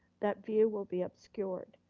that view will be obscured.